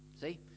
See